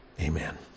Amen